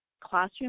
classroom